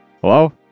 Hello